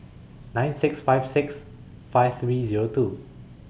nine six five six five three Zero two